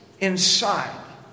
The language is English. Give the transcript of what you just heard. inside